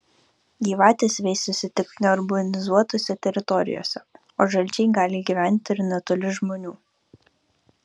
gyvatės veisiasi tik neurbanizuotose teritorijose o žalčiai gali gyventi ir netoli žmonių